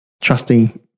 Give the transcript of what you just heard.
trusting